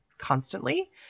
constantly